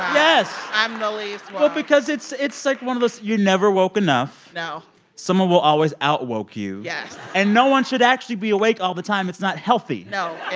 yes i'm the least woke well, because it's it's like one of those you're never woke enough no someone will always out woke you yes and no one should actually be awake all the time. it's not healthy no,